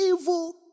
evil